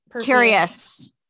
Curious